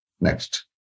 Next